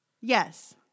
Yes